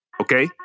okay